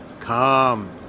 come